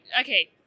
Okay